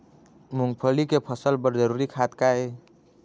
मूंगफली के फसल बर जरूरी खाद का ये?